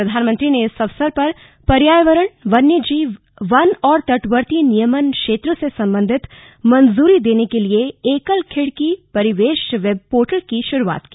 प्रधानमंत्री ने इस अवसर पर पर्यावरण वन्य जीव वन और तटवर्ती नियमन क्षेत्र से संबंधित मंजूरी देने के लिए एकल खिड़की परिवेश वेब पोर्टल की शुरूआत की